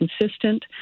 consistent